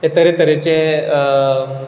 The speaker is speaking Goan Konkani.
तरेतरेचे